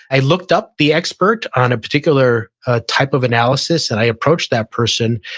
i looked up the expert on a particular ah type of analysis, and i approached that person,